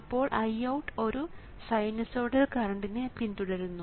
അപ്പോൾ IOUT ഒരു sinusoidal കറണ്ടിനെ പിന്തുടരും